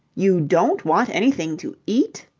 you don't want anything to eat?